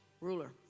ruler